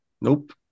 Nope